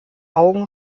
augen